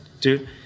dude